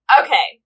okay